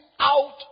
out